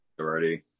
already